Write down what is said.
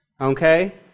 Okay